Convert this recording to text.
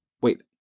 wait